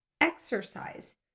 exercise